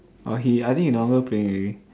oh he I think he no longer playing already